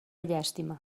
llàstima